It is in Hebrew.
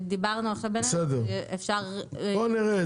שדיברנו עכשיו בינינו, אפשר --- בואי נראה.